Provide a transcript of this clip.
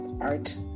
art